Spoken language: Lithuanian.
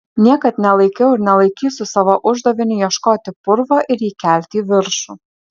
niekad nelaikiau ir nelaikysiu savo uždaviniu ieškoti purvo ir jį kelti į viršų